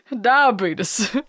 Diabetes